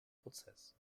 prozess